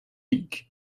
week